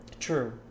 True